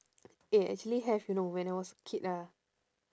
eh actually have you know when I was a kid ah